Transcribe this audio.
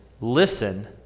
listen